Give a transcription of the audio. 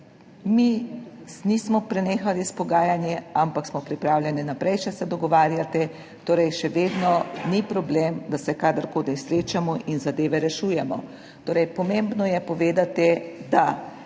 Mi nismo prenehali s pogajanji, ampak smo pripravljeni naprej še se dogovarjati, torej še vedno ni problem, da se kadarkoli srečamo in zadeve rešujemo. Torej pomembno je povedati, da